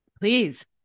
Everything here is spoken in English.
Please